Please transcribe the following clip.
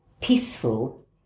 peaceful